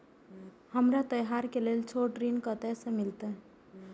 हमरा त्योहार के लेल छोट ऋण कते से मिलते?